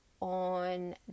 on